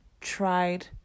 tried